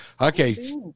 Okay